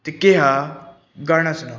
ਅਤੇ ਕਿਹਾ ਗਾਣਾ ਸੁਣਾਓ